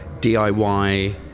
DIY